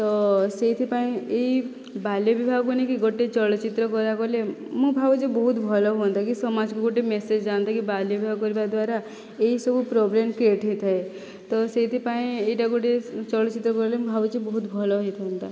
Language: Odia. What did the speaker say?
ତ ସେଇଥିପାଇଁ ଏଇ ବାଲ୍ୟ ବିବାହକୁ ନେଇକି ଗୋଟିଏ ଚଳଚ୍ଚିତ୍ର କରାଗଲେ ମୁଁ ଭାବୁଛି ବହୁତ ଭଲ ହୁଅନ୍ତା କି ସମାଜକୁ ଗୋଟିଏ ମେସେଜ ଯାଆନ୍ତା କି ବାଲ୍ୟ ବିବାହ କରିବାଦ୍ଵାରା ଏହି ସବୁ ପ୍ରୋବ୍ଲେମ କ୍ରିଏଟ୍ ହୋଇଥାଏ ତ ସେଇଥିପାଇଁ ଏଇଟା ଗୋଟିଏ ଚଳଚ୍ଚିତ୍ର କଲେ ମୁଁ ଭାବୁଛି ବହୁତ ଭଲ ହୋଇଥାନ୍ତା